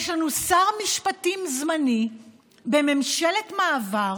יש לנו שר משפטים זמני בממשלת מעבר